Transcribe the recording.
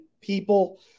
people